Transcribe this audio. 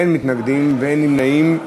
אין מתנגדים ואין נמנעים.